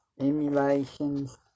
emulations